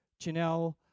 Janelle